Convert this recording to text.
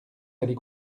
allez